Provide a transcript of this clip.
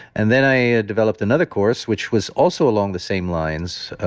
and then i developed another course, which was also along the same lines,